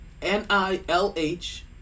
N-I-L-H